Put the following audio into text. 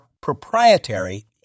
proprietary